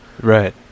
right